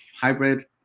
hybrid